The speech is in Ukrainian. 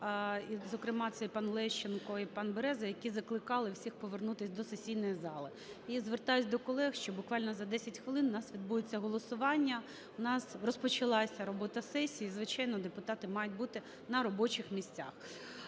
зокрема, це пан Лещенко і пан Береза, які закликали всіх повернутися до сесійної зали. І звертаюсь до колег, що буквально за 10 хвилин в нас відбудеться голосування. В нас розпочалася робота сесії, звичайно, депутати мають бути на робочих місцях.